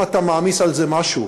אם אתה מעמיס על זה משהו,